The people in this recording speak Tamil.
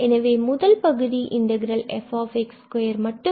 எனவே முதல் பகுதி f2